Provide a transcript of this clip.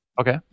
Okay